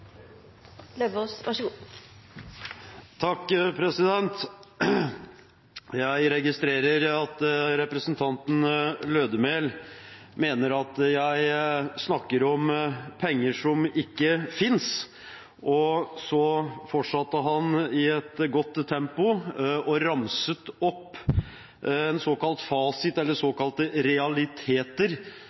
mener at jeg snakker om penger som ikke finnes. Så fortsetter han i et godt tempo og ramser opp en såkalt fasit, eller såkalte realiteter,